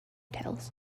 tales